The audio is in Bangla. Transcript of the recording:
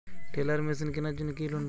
টেলার মেশিন কেনার জন্য কি লোন পাব?